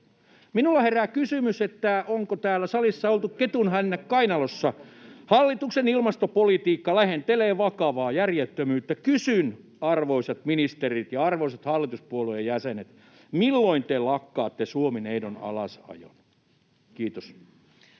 Minulla herää kysymys, onko täällä salissa oltu ketunhännät kainalossa. Hallituksen ilmastopolitiikka lähentelee vakavaa järjettömyyttä. [Paavo Arhinmäen välihuuto] Kysyn, arvoisat ministerit ja arvoisat hallituspuolueiden jäsenet: milloin te lopetatte Suomi-neidon alasajon? — Kiitos.